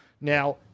Now